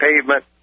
pavement